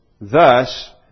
thus